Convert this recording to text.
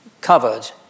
covered